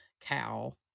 cow